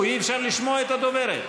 אי-אפשר לשמוע את הדוברת.